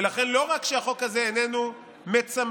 ולכן, לא רק שהחוק הזה איננו מצמצם